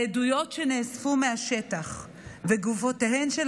העדויות שנאספו מהשטח וגופותיהן של